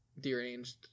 deranged